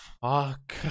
fuck